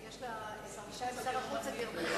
כי יש לה פגישה עם שר החוץ הגרמני.